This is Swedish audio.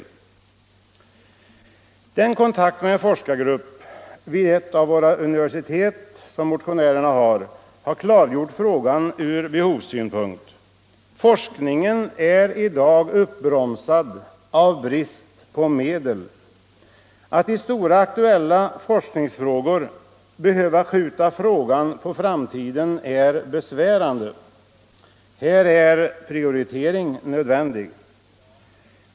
Motionärernas kontakt med en forskargrupp vid ett av våra universitet har klargjort frågan ur behovssynpunkt. Forskningen är i dag uppbromsad på grund av brist på medel. Att behöva skjuta stora aktuella forskningsfrågor på framtiden är besvärande. Här är prioritering nödvändig.